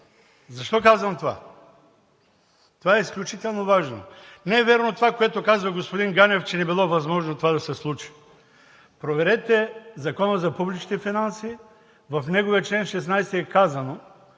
Защо казвам това? Това е изключително важно. Не е вярно онова, което казва господин Ганев, че не било възможно това да се случи. Проверете Закона за публичните финанси, в неговия чл. 16 е казано,